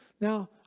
Now